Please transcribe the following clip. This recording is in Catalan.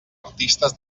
artistes